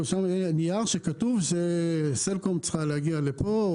יהיה נייר שכתוב שסלקום צריכה להגיע לפה,